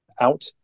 out